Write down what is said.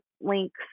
links